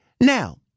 Now